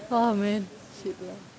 oh man shit lah